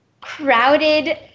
crowded